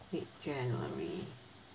eighth january